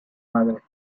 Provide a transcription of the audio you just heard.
madre